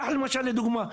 קח לדוגמה,